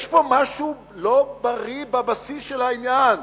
יש פה משהו לא בריא בבסיס של העניין,